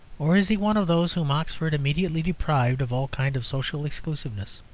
or is he one of those whom oxford immediately deprived of all kind of social exclusiveness?